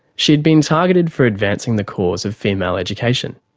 she had been targeted for advancing the cause of female education.